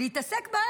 שיתום לא ישפוטו.